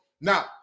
Now